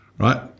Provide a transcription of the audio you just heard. Right